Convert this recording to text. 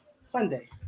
Sunday